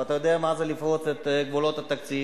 ואתה יודע מה זה לפרוץ את גבולות התקציב,